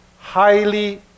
highly